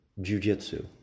jujitsu